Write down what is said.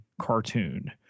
cartoon